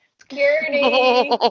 Security